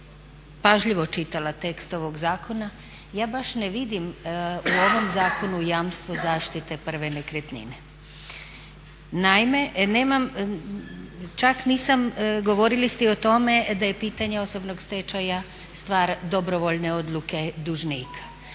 pažljivo čitala tekst ovog zakona, ja baš ne vidim u ovom zakonu jamstvo zaštite prve nekretnine. Naime, govorili ste i o tome da je pitanje osobnog stečaja stvar dobrovoljne odluke dužnika,